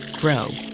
grow,